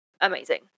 amazing